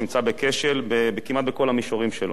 נמצא בכשל כמעט בכל המישורים שלו,